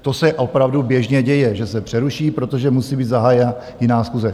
To se opravdu běžně děje, že se přeruší, protože musí být zahájena jiná schůze.